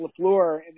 Lafleur